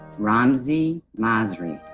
ramzi masri.